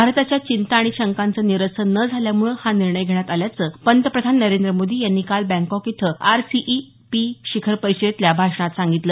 भारताच्या चिंता आणि शंकांचं निरसन न झाल्यामुळे हा निर्णय घेण्यात आल्याचं पंतप्रधान नरेंद्र मोदी यांनी काल बँकॉक इथं आरसीईपी शिखर परिषदेतल्या भाषणात सांगितलं